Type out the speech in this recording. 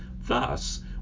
Thus